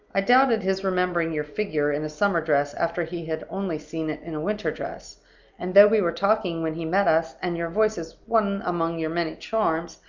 i doubted his remembering your figure in a summer dress after he had only seen it in a winter dress and though we were talking when he met us, and your voice is one among your many charms,